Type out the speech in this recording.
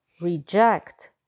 Reject